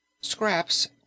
scraps